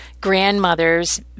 grandmother's